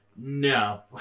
No